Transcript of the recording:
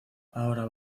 ahora